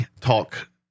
talk